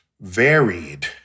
varied